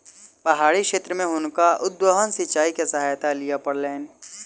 पहाड़ी क्षेत्र में हुनका उद्वहन सिचाई के सहायता लिअ पड़लैन